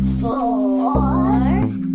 four